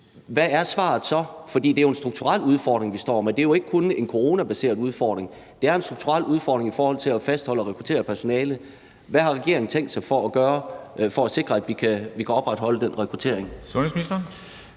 Hvad er svaret så? For det er jo en strukturel udfordring, vi står med. Det er jo ikke kun en coronabaseret udfordring; det er en strukturel udfordring i forhold til at kunne fastholde og rekruttere personale. Hvad har regeringen tænkt sig at gøre for at sikre, at vi kan opretholde den rekruttering?